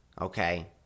Okay